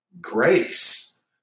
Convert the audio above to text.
grace